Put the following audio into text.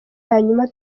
hanyuma